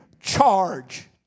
charge